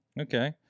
Okay